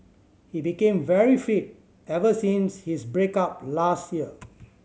he became very fit ever since his break up last year